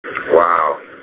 Wow